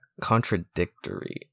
contradictory